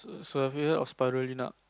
so have you heard of Spirulina